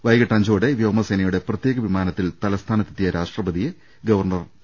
വൈകിട്ട് അഞ്ചോടെ വ്യോമസേനയുടെ പ്രത്യേക വിമാനത്തിൽ തലസ്ഥാനത്തെത്തിയ രാഷ്ട്രപതിയെ ഗവർണർ ജസ്റ്റിസ് പി